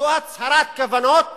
זו הצהרת כוונות